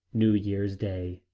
new year's day,